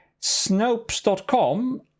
Snopes.com